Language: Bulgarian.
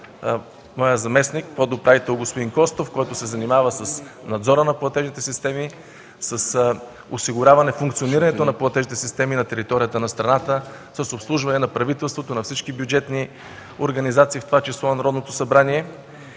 моя заместник господин Костов, който се занимава с надзора на платежните системи, с осигуряване функционирането на платежните системи на територията на страната, с обслужване на правителството, на всички бюджетни организации, в това число на Народното събрание.